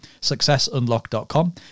Successunlock.com